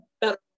better